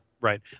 Right